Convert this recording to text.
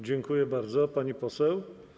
Dziękuję bardzo, pani poseł.